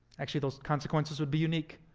actually, those consequences would be unique.